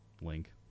Link